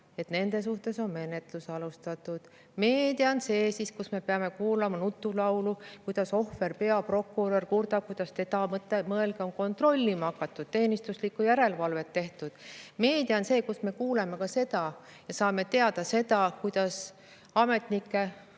nende suhtes on menetlus alustatud. Meedia on see, kus me peame kuulama nutulaulu, kuidas ohver, peaprokurör kurdab, kuidas teda, mõelge, on kontrollima hakatud, teenistuslikku järelevalvet tehtud. Meedia on see, kust me kuuleme, kust me saame teada, kuidas ametnike,